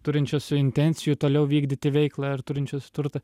turinčios su intencijų toliau vykdyti veiklą ar turinčios turtą